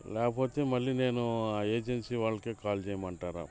లేకపోతే మళ్ళీ నేను ఆ ఏజెన్సీ వాళ్ళకు కాల్ చేయమంటారా